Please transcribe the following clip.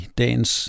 dagens